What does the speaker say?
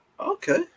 Okay